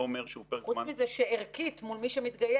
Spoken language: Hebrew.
לא אומר שהוא פרק זמן --- חוץ מזה שערכית מול מי שמתגייס,